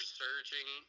surging